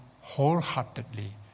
wholeheartedly